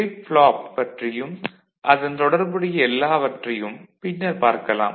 flip flop பற்றியும் அதன் தொடர்புடைய எல்லாவற்றையும் பின்னர் பார்க்கலாம்